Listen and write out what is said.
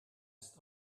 ist